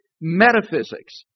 metaphysics